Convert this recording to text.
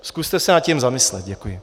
Zkuste se nad tím zamyslet, děkuji.